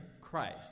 Christ